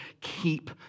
keep